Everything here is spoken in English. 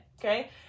Okay